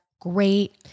great